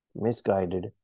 misguided